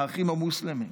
האחים המוסלמים.